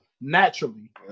naturally